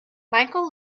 michael